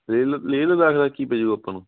ਲੇਹ ਲ ਲੇਹ ਲਦਾਖ਼ ਦਾ ਕੀ ਪੈ ਜੂਗਾ ਆਪਾਂ ਨੂੰ